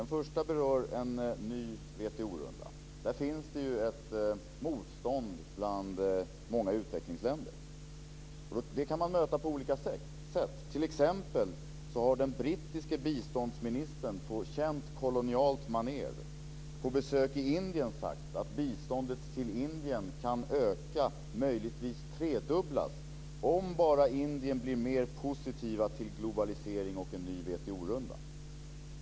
Den första berör en ny WTO-runda. Det finns ett motstånd bland många utvecklingsländer, och detta kan mötas på olika sätt. Som exempel kan nämnas att den brittiske biståndsministern har på känt kolonialt manér vid ett besök i Indien sagt att biståndet till Indien kan öka, möjligtvis tredubblas, om bara indierna blir mer positiva till globalisering och en ny WTO-runda.